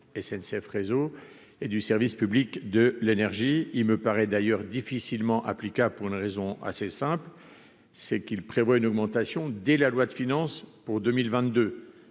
SNCF, réseau et du service public de l'énergie, il me paraît d'ailleurs difficilement applicable pour une raison assez simple, c'est qu'il prévoit une augmentation des la loi de finances pour 2022,